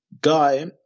Guy